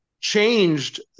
changed